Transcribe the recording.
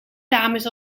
dames